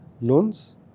Loans